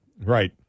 Right